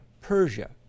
Persia